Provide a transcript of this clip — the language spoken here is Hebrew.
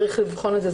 צריך לבחון את זה.